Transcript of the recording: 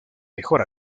mejor